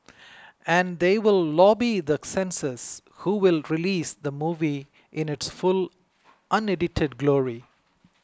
and they will lobby the censors who will release the movie in its full unedited glory